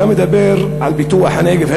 כשאתה מדבר על פיתוח הנגב,